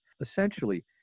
Essentially